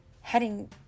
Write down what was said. heading